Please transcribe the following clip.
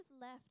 left